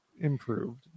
improved